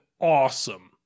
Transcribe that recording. Awesome